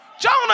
Jonah